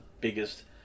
biggest